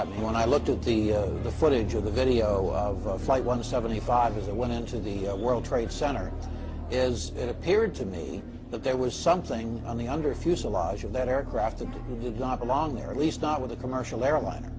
at me when i looked at the the footage of the video of flight one seventy five that went into the world trade center is it appeared to me that there was something on the under fuselage of that aircraft that did not belong there at least not with a commercial airliner